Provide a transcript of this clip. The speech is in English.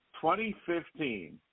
2015